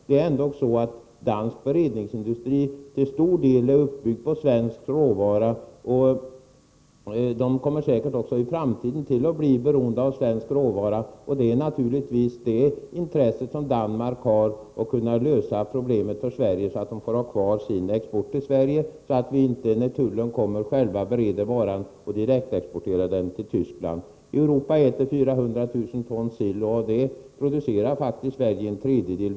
Det är ändock så att dansk beredningsindustri till stor del är uppbyggd på svensk råvara och säkert också i framtiden blir beroende av sådan. Det intresse som Danmark har är naturligtvis att kunna lösa problemet med Sverige så att Danmark får ha kvar sin export till Sverige — så att vi inte själva, när tullen kommer, bereder varan och direktexporterar den till Tyskland. I Europa äter man 400 000 ton sill, och av det producerar Sverige faktiskt en tredjedel.